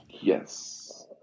Yes